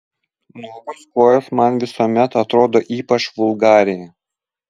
nuogos kojos man visuomet atrodo ypač vulgariai